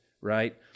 right